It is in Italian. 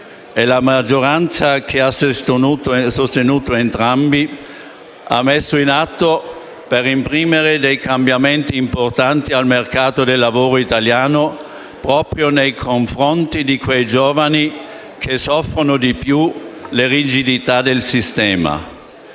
della maggioranza che ha sostenuto entrambi, hanno messo in atto per imprimere dei cambiamenti importanti nel mercato del lavoro italiano proprio nei confronti di quei giovani che soffrono di più le rigidità del sistema.